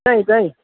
દહીં દહીં